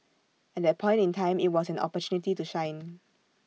at that point in time IT was an opportunity to shine